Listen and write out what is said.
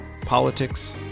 politics